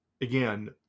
again